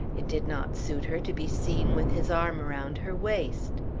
it did not suit her to be seen with his arm round her waist.